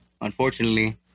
unfortunately